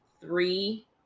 three